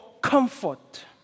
comfort